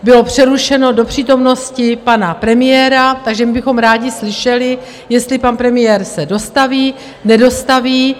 Bylo to přerušeno do přítomnosti pana premiéra, takže my bychom rádi slyšeli, jestli se pan premiér dostaví, nebo nedostaví.